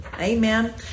Amen